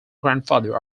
grandfather